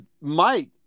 Mike